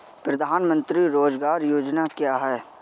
प्रधानमंत्री रोज़गार योजना क्या है?